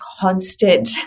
constant